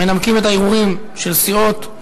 מנמקים את הערעורים של סיעות,